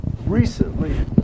recently